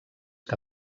que